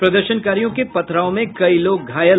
प्रदर्शनकारियों के पथराव में कई लोग घायल